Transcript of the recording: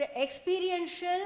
experiential